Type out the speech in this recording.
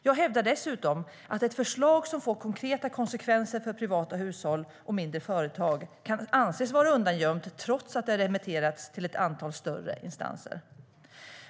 Jag hävdar dessutom att ett förslag som får konkreta konsekvenser för privata hushåll och mindre företag kan anses vara undangömt trots att det har remitterats till ett antal större instanser.